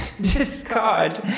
discard